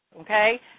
okay